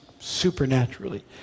supernaturally